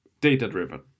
data-driven